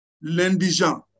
l'indigent